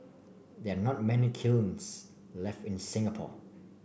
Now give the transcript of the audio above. there are not many kilns left in Singapore